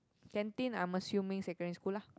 canteen I'm assuming secondary school lah